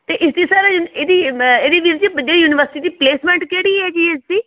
ਅਤੇ ਇਸਦੀ ਸਰ ਇਹਦੀ ਅ ਮੈਂ ਇਹਦੀ ਵੀਰ ਜੀ ਜਿਹੜੀ ਯੂਨੀਵਰਸਿਟੀ ਦੀ ਪਲੇਸਮੈਂਟ ਕਿਹੜੀ ਹੈਗੀ ਇਸ ਦੀ